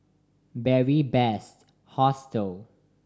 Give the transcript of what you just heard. Beary Best Hostel